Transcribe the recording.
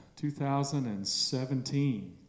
2017